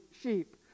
sheep